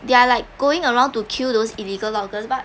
they're like going around to kill those illegal loggers but